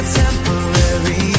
temporary